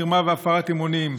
מרמה והפרת אמונים,